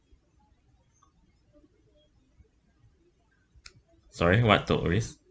sorry what took risk